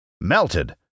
Melted